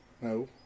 no